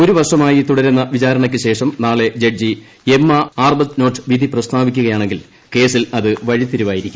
ഒരു വർഷമായി തുടരുന്ന വിചാരണയ്ക്കുശേഷം നാളെ ജഡ്ജി എമ്മ ആർബത്നോട്ട് വിധി പ്രസ്താവിക്കുകയാണെങ്കിൽ കേസിൽ അത് വഴിത്തിരിവായിരിക്കും